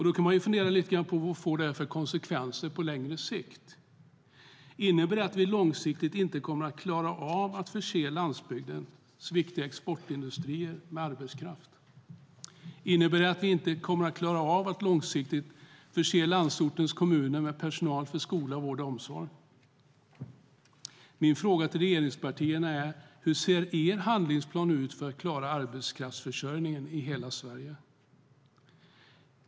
Då kan man fundera lite grann på: Vad får det här för konsekvenser på längre sikt? Innebär det att vi långsiktigt inte kommer att klara av att förse landsbygdens viktiga exportindustrier med arbetskraft? Innebär det att vi inte kommer att klara av att långsiktigt förse landsortens kommuner med personal för skola, vård och omsorg? Min fråga till regeringspartierna är: Hur ser er handlingsplan ut för att klara arbetskraftsförsörjningen i hela Sverige?